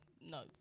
no